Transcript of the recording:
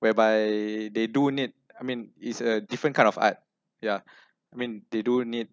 whereby they do need I mean is a different kind of art ya I mean they do need